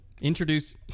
introduce